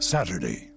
Saturday